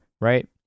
right